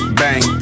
bang